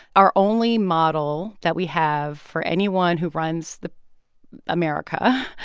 our only model that we have for anyone who runs the america,